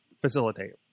facilitate